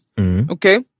Okay